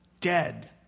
dead